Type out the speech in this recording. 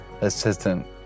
assistant